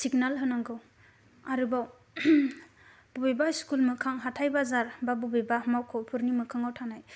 सिगनोल होनांगौ आरोबाव बबेबा स्कुल मोखां हाथाइ बाजार बा बबेबा मावख'फोरनि मोखांआव थानाय